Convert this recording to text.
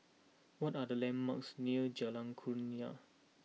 what are the landmarks near Jalan Kurnia